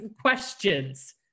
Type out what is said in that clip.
questions